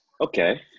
Okay